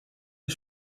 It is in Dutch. een